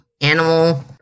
Animal